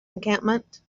encampment